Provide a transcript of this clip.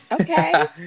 Okay